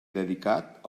dedicat